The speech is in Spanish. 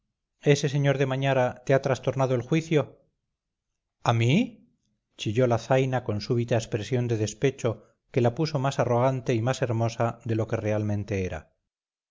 ese señor de mañara te ha trastornado el juicio a mí chilló la zaina con súbita expresión de despecho que la puso más arrogante y más hermosa de lo que realmente era